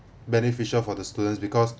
beneficial for the students because